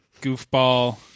goofball